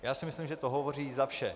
Já si myslím, že to hovoří za vše.